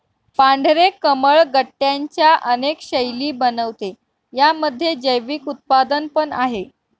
पांढरे कमळ गट्ट्यांच्या अनेक शैली बनवते, यामध्ये जैविक उत्पादन पण आहे